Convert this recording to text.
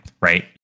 right